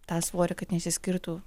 tą svorį kad neišsiskirtų